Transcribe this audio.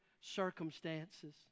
circumstances